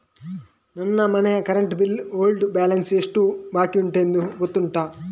ನನ್ನ ಮನೆಯ current bill ನ ಓಲ್ಡ್ ಬ್ಯಾಲೆನ್ಸ್ ಎಷ್ಟು ಬಾಕಿಯುಂಟೆಂದು ಗೊತ್ತುಂಟ?